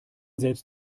selbst